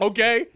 Okay